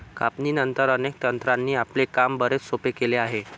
कापणीनंतर, अनेक तंत्रांनी आपले काम बरेच सोपे केले आहे